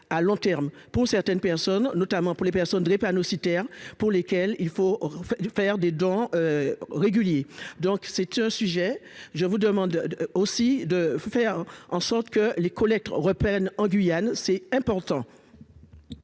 à long terme pour certaines personnes, notamment pour les personnes drépanocytaire pour lesquels il faut de faire des dons réguliers, donc c'est un sujet, je vous demande aussi de faire en sorte que les collègues reprennent en Guyane c'est important.